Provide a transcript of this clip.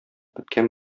беткән